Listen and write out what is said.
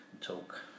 talk